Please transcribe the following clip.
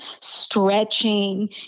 stretching